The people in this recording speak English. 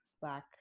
Black